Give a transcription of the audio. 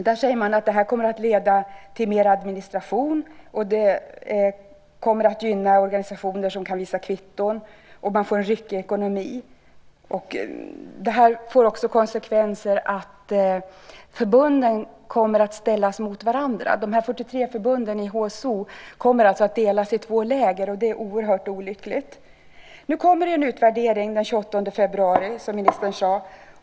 Man säger att detta kommer att leda till mer administration, att det kommer att gynna organisationer som kan visa kvitton och att det blir en ryckig ekonomi. Det får också konsekvensen att förbunden kommer att ställas mot varandra. De 43 förbunden i HSO kommer att delas i två läger, och det är oerhört olyckligt. Nu kommer det en utvärdering den 28 februari, som ministern sade.